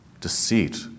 deceit